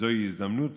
זוהי הזדמנות